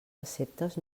receptes